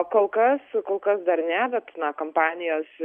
kol kas kol kas dar ne bet na kampanijos